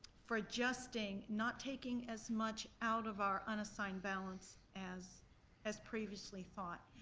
for adjusting, not taking as much out of our unassigned balance as as previously thought.